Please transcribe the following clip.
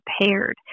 prepared